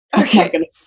Okay